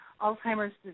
Alzheimer's